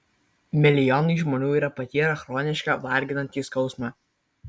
milijonai žmonių yra patyrę chronišką varginantį skausmą